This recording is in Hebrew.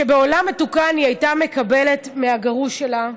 שבעולם מתוקן היא הייתה מקבלת מהגרוש שלה,